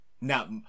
Now